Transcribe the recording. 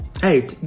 Hey